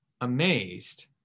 amazed